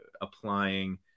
applying